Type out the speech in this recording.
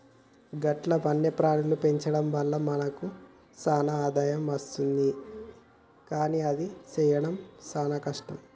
గట్ల వన్యప్రాణుల పెంచడం వల్ల మనకు సాన ఆదాయం అస్తుంది కానీ అది సెయ్యడం సాన కష్టం